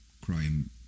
crime